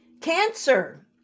Cancer